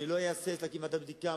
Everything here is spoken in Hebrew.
אני לא אהסס להקים ועדת בדיקה,